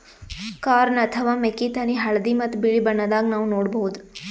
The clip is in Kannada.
ಕಾರ್ನ್ ಅಥವಾ ಮೆಕ್ಕಿತೆನಿ ಹಳ್ದಿ ಮತ್ತ್ ಬಿಳಿ ಬಣ್ಣದಾಗ್ ನಾವ್ ನೋಡಬಹುದ್